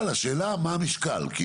השאלה מה המשקל?